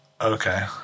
Okay